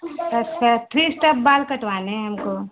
अच्छा three step बाल कटवाने हैं हमको